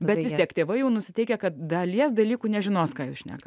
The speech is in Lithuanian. bet vis tiek tėvai jau nusiteikę kad dalies dalykų nežinos ką jūs šnekat